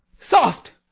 soft!